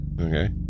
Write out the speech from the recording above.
Okay